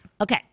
Okay